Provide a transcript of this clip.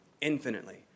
infinitely